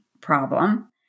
problem